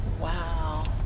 Wow